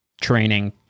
training